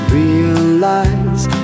realize